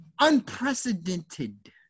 unprecedented